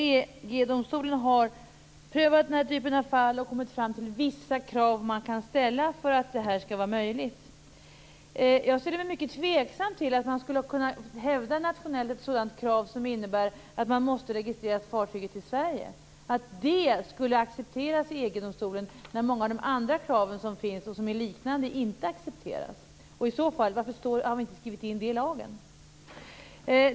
EG-domstolen har prövat den här typen av fall och kommit fram till vissa krav som man kan ställa för att detta skall vara möjligt. Jag ställer mig mycket tveksam till att man skulle kunna nationellt hävda ett sådant krav som innebär att fartyget måste registreras i Sverige och att det skulle accepteras i EG-domstolen när många av de andra liknande krav som finns inte accepteras. Varför har vi i så fall inte skrivit in det i lagen?